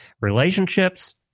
relationships